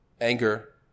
Anger